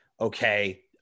okay